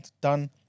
done